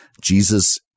Jesus